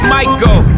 Michael